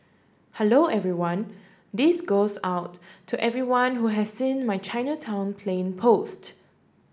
hello everyone this goes out to everyone who has seen my Chinatown plane post